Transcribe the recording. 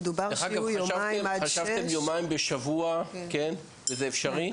ודובר שיהיו יומיים עד 18:00. וזה אפשרי?